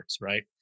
right